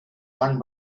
one